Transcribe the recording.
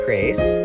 Grace